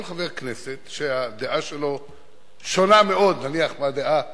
כל חבר כנסת שהדעה שלו שונה מאוד, נניח, מהדעה